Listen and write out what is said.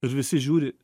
ir visi žiūri